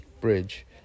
Bridge